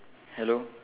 hello